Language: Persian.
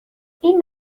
این